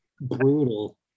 brutal